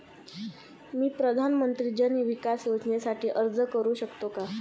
मी प्रधानमंत्री जन विकास योजनेसाठी अर्ज करू शकतो का?